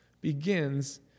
begins